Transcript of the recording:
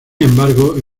embargo